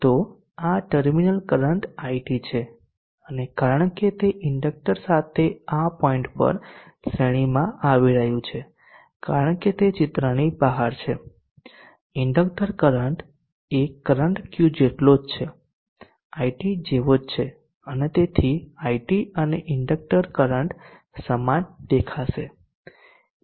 તો આ terminal current IT છે અને કારણ કે તે ઇન્ડક્ટર સાથે આ પોઈન્ટ પર શ્રેણીમાં આવી રહ્યું છે કારણ કે તે ચિત્રની બહાર છે ઇન્ડક્ટર કરંટ એ કરંટ Q જેટલો જ છે IT જેવો જ છે અને તેથી IT અને ઇન્ડક્ટર કરંટ સમાન દેખાશે